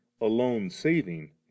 alone-saving